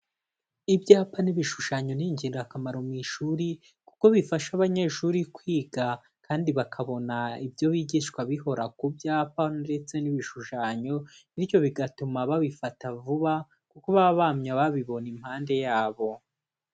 Ibyapa n'ibishushanyo ni ingirakamaro mu ishuri kuko bifasha abanyeshuri kwiga kandi bakabona ibyo bigishwa bihora ku byapa ndetse n'ibishushanyo; bityo bigatuma babifata vuba kuko baba bamye babibona impande yabo.